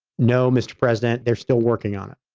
no, mr. president, they're still working on it.